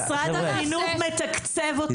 אבל משרד החינוך מתקצב אתכם.